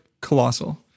colossal